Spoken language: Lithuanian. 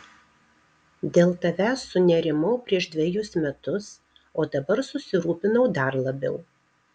dėl tavęs sunerimau prieš dvejus metus o dabar susirūpinau dar labiau